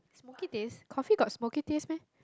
smoky taste coffee got smoky taste meh